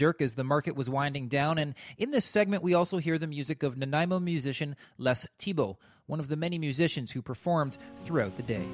dirk is the market was winding down and in this segment we also hear the music of the i'm a musician les one of the many musicians who performs throughout the day